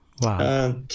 Wow